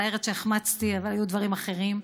מצטערת שהחמצתי, אבל היו דברים אחרים.